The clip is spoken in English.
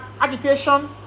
agitation